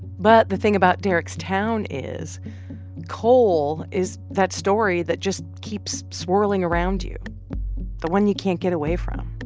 but the thing about derek's town is coal is that story that just keeps swirling around you the one you can't get away from.